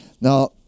Now